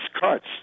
cuts